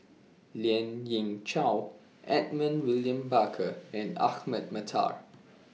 Lien Ying Chow Edmund William Barker and Ahmad Mattar